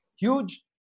huge